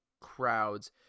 crowds